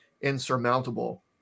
insurmountable